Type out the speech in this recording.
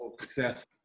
success